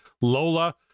Lola